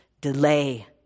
delay